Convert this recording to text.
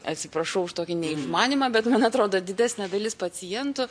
atsiprašau už tokį neišmanymą bet man atrodo didesnė dalis pacientų